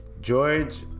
George